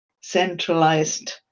centralized